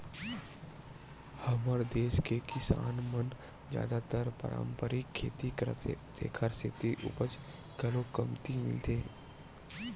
हमर देस के किसान मन जादातर पारंपरिक खेती करथे तेखर सेती उपज घलो कमती मिलथे